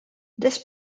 this